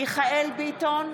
מיכאל מרדכי ביטון,